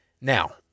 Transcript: Now